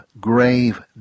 grave